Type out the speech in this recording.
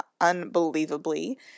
unbelievably